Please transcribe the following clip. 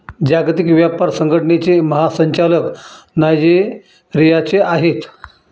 जागतिक व्यापार संघटनेचे महासंचालक नायजेरियाचे आहेत